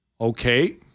Okay